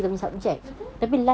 betul